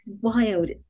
wild